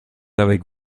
avec